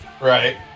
right